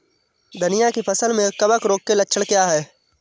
धनिया की फसल में कवक रोग के लक्षण क्या है?